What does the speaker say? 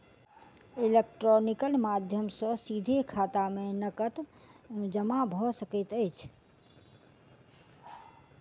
electronical माध्यम सॅ सीधे खाता में नकद जमा भ सकैत अछि